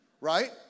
right